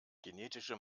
genetische